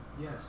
yes